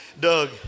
Doug